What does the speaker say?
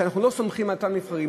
אנחנו לא סומכים על אותם נבחרים,